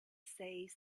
says